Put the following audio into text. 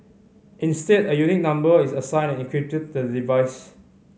instead a unique number is assigned and encrypted to the device